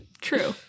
True